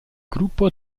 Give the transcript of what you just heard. gruppo